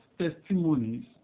testimonies